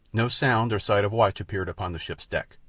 no sound or sign of watch appeared upon the ship's deck.